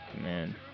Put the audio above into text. man